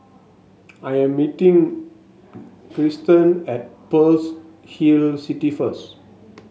I am meeting Cristen at Pearl's Hill City first